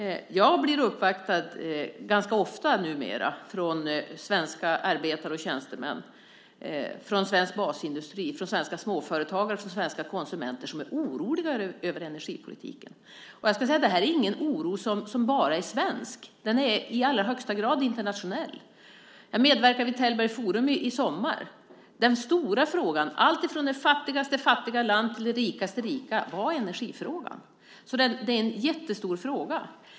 Jag blir numera ganska ofta uppvaktad av svenska arbetare och tjänstemän, svensk basindustri, svenska småföretagare och svenska konsumenter som är oroliga över energipolitiken. Och detta är ingen oro som bara är svensk, den är i allra högsta grad internationell. Jag medverkade vid Tällberg Forum i somras. Den stora frågan för alltifrån det fattigaste fattiga land till det rikaste rika var energifrågan, så det är en jättestor fråga.